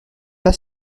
pas